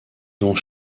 dont